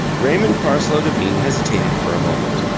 raymond parsloe devine hesitated for a moment,